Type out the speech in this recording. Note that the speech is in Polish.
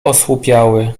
osłupiały